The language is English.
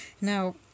now